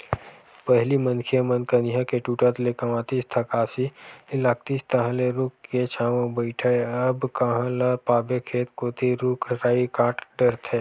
पहिली मनखे मन कनिहा के टूटत ले कमातिस थकासी लागतिस तहांले रूख के छांव म बइठय अब कांहा ल पाबे खेत कोती रुख राई कांट डरथे